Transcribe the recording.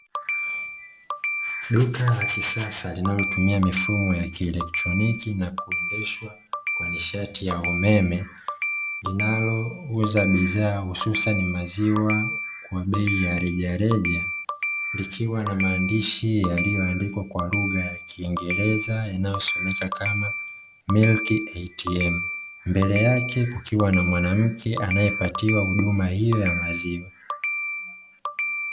Duka la kisasa linalotumia mifumo ya kielektroniki na kuendeshwa kwa nishati ya umeme linalouza bidhaa hususani maziwa kwa bei ya rejareja, ikiwa na maandishi yaliyoandikwa kwa lugha ya kiingereza yanayosomeka kama "milki ATM", mbele yake kukiwa na mwanamke anayepatiwa huduma hiyo ya maziwa.